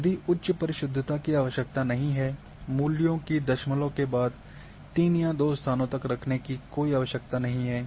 यदि उच्च परिशुद्धता की आवश्यकता नहीं है मूल्यों की दशमलव के बाद तीन या दो स्थानों तक रखने की कोई आवश्यकता नहीं है